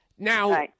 Now